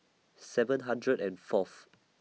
seven hundred and Fourth